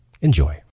Enjoy